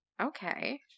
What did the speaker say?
okay